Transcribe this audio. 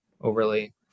overly